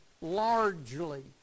largely